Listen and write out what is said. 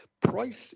Price